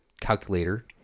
calculator